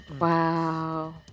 Wow